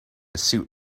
suit